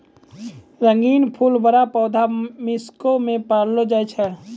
रंगीन फूल बड़ा पौधा मेक्सिको मे पैलो जाय छै